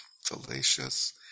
fallacious